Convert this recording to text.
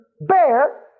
Bear